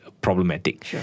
Problematic